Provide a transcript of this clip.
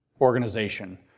organization